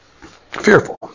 Fearful